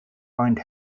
lined